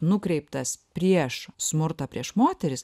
nukreiptas prieš smurtą prieš moteris